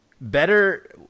Better